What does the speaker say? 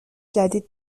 جدید